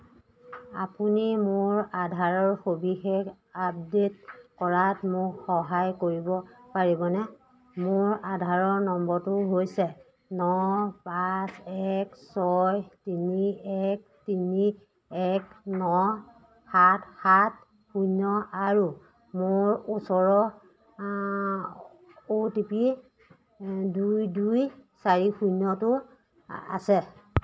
আপুনি মোৰ আধাৰৰ সবিশেষ আপডে'ট কৰাত মোক সহায় কৰিব পাৰিবনে মোৰ আধাৰ নম্বৰটো হৈছে ন পাঁচ এক ছয় তিনি এক তিনি এক ন সাত সাত শূন্য আৰু মোৰ ওচৰ অ' টি পি দুই দুই চাৰি শূন্যটো আছে